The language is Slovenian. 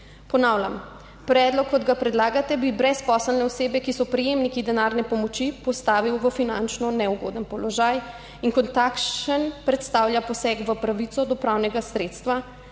Ponavljam. Predlog, kot ga predlagate, bi brezposelne osebe, ki so prejemniki denarne pomoči, postavil v finančno neugoden položaj in kot takšen predstavlja poseg v pravico do pravnega sredstva,